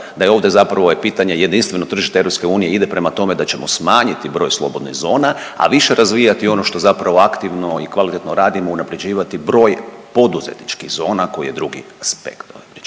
da je ovdje zapravo pitanje jedinstveno tržište EU ide prema tome da ćemo smanjiti broj slobodnih zona, a više razvijati ono što zapravo aktivno i kvalitetno radimo unapređivati broj poduzetničkih zona koji je drugi aspekt